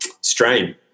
strain